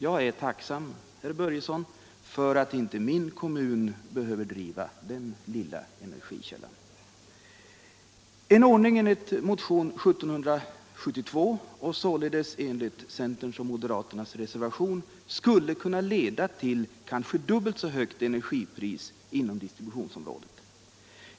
Jag är tacksam, herr Börjesson, för att inte min kommun behöver driva den lilla energikällan. En ordning enligt motionen 1772, således enligt centerns och moderaternas reservation, skulle kunna leda till kanske dubbelt så högt energipris inom distributionsområdet.